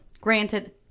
granted